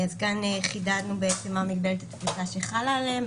אז כאן חידדנו מה מגבלת התפוסה שחלה עליהם.